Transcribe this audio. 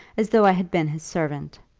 as though i had been his servant.